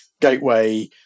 gateway